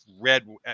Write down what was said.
red